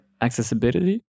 accessibility